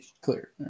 clear